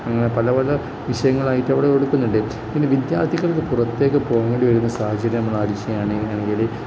അങ്ങനെ പല പല വിഷയങ്ങളായിട്ട് അവിടെ കൊടുക്കുന്നുണ്ട് പിന്നെ വിദ്യാർത്ഥികൾക്കു പുറത്തേക്കു പോകേണ്ടിവരുന്ന സാഹചര്യം നമ്മള് ആണെങ്കില്